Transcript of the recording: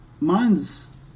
Mine's